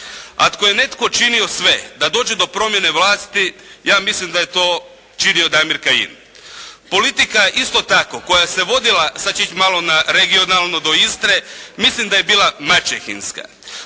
Ako je netko činio sve da dođe do promjene vlasti, ja mislim da je to činio Damir Kajin. Politika isto tako koja se vodila, sada ću ići malo regionalno do Istre, mislim da je bila maćehinska.